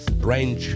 Strange